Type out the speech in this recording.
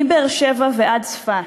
מבאר-שבע ועד צפת.